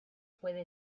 puede